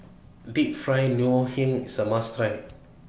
Deep Fried Ngoh Hiang IS A must Try